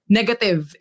negative